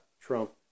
Trump